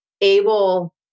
able